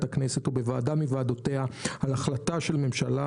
הכנסת או בוועדה מוועדותיה על החלטה של ממשלה,